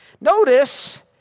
Notice